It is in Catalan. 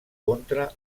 contra